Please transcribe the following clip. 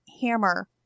hammer